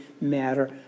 matter